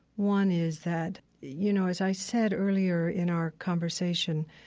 one is that, you know, as i said earlier in our conversation,